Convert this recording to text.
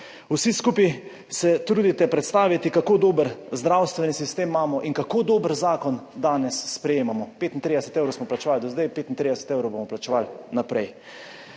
Vsi skupaj se trudite predstaviti, kako dober zdravstveni sistem imamo in kako dober zakon danes sprejemamo. 35 evrov smo plačevali do zdaj, 35 evrov bomo plačevali naprej.